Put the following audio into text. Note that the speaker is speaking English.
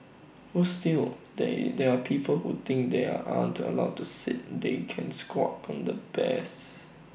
worse still they there are people who think they are aren't allowed to sit they can squat on the bears